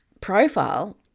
profile